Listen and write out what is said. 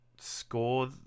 score